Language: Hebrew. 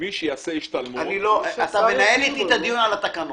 מי שיעשה את ההשתלמויות --- אתה מנהל איתי את הדיון על התקנות.